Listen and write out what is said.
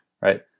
right